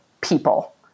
people